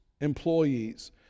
employees